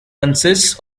consists